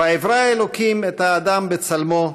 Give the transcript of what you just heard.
"ויברא ה' את האדם בצלמו,